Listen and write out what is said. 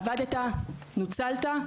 עבדת ונוצלת?